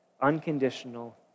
unconditional